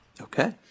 Okay